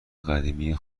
قدیمی